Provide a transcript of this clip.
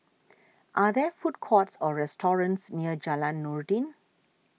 are there food courts or restaurants near Jalan Noordin